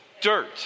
dirt